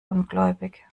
ungläubig